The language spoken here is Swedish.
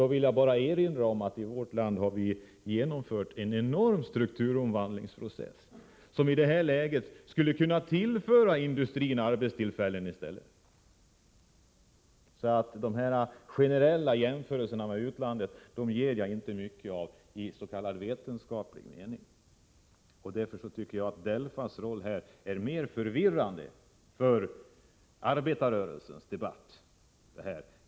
Då vill jag bara erinraom Nr 22 att i vårt land har vi genomfört en enorm strukturomvandlingsprocess som i ,:? Onsdagen den det här läget skulle kunna tillföra industrin arbetstillfällen i stället. Så de 7november 1984 generella jämförelserna med utlandet ger jag inte mycket för i s.k. vetenskaplig mening. Därför tycker jag att DELFA:s roll här är mer Arbetstid och ledig förvirrande än klargörande för arbetarrörelsens debatt.